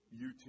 YouTube